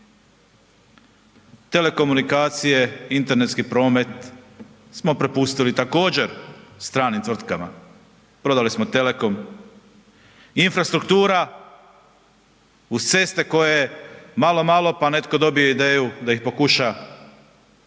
telekomunikacije, internetski promet smo prepustili također stranim tvrtkama, prodali smo Telekom, infrastruktura uz ceste koje malo, malo, pa netko dobije ideju da ih pokuša